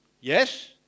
Yes